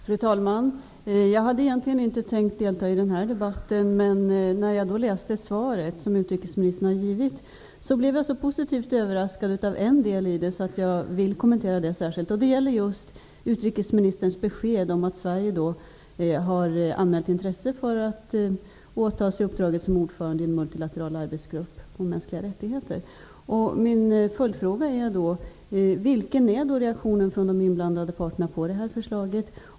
Fru talman! Jag hade egentligen inte tänkt delta i den här debatten. Men när jag läste utrikesministerns svar blev jag så positivt överraskad av en del i det att jag vill kommentera det särskilt, nämligen utrikesministerns besked om att Sverige har anmält intresse för att åtaga sig uppdraget som ordförande i en multilateral arbetsgrupp om mänskliga rättigheter. Mina frågor är: Vilken är reaktionen från de inblandade parterna på det här förslaget?